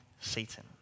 Satan